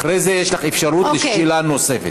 אחרי זה יש לך אפשרות לשאלה נוספת.